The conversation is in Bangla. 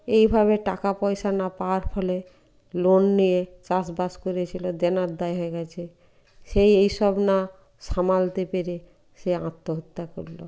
এইভাবে টাকা পয়সা না পাওয়ার ফলে লোন নিয়ে চাষবাস করেছিল দেনার দায় হয়ে গেছে সে এইসব না সামালতে পেরে সে আত্মহত্যা করলো